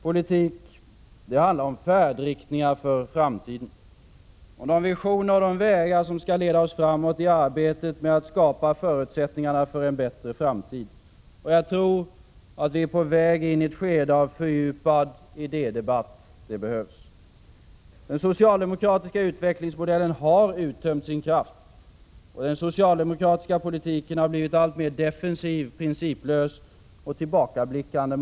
Politik handlar om färdriktningar för framtiden, om de visioner och vägar som skall leda oss framåt i arbetet med att skapa förutsättningarna för en bättre framtid. Jag tror att vi är på väg in i ett skede av fördjupad idédebatt. Det behövs. Den socialdemokratiska utvecklingsmodellen har uttömt sin kraft, och den socialdemokratiska politiken har blivit alltmer defensiv, principlös och tillbakablickande.